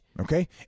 Okay